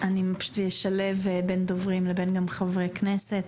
אני פשוט רוצה לשלב בין דוברים ובין חברי כנסת.